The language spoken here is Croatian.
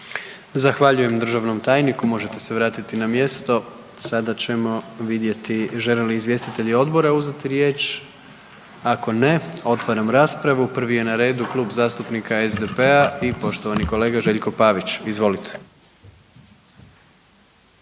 Zahvaljujem državnom tajniku, možete se vratiti na mjesto. Sada ćemo vidjeti žele li izvjestitelji odbora uzeti riječ? Ako ne, otvaram raspravu. Prvi je na redu Klub zastupnika SDP-a i poštovani kolega Željko Pavić. Izvolite.